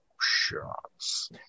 shots